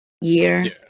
year